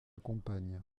compagne